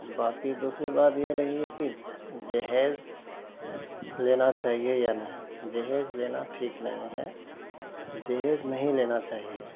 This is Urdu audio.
باقی دوسری بات یہ رہی کہ جہیز لینا چاہیے یا نہیں جہیز لینا ٹھیک نہیں ہے جہیز نہیں لینا چاہیے